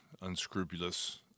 unscrupulous